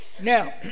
Now